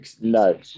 No